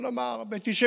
בואו נאמר ב-95%,